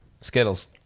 Skittles